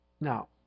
Now